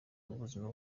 ubuzima